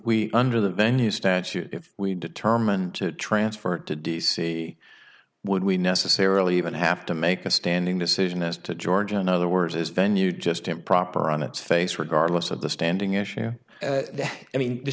we under the venue statute if we determine to transfer it to d c would we necessarily even have to make a standing decision as to georgia in other words is venue just improper on its face regardless of the standing issue i mean th